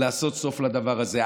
לעשות סוף לדבר הזה.